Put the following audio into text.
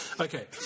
Okay